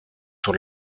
sur